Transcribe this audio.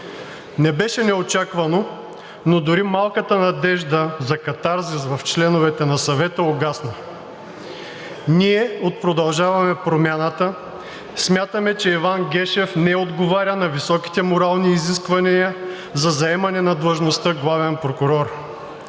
Не беше неочаквано, но дори малката надежда за катарзис в членовете на Съвета угасна. Ние от „Продължаваме Промяната“ смятаме, че Иван Гешев не отговаря на високите морални изисквания за заемане на длъжността „главен прокурор“.